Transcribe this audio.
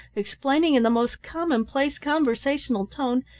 explaining in the most commonplace conversational tone,